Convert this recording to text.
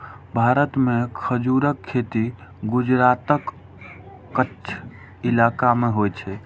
भारत मे खजूरक खेती गुजरातक कच्छ इलाका मे होइ छै